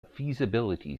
feasibility